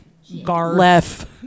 left